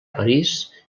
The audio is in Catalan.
parís